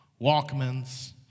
walkmans